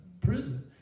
prison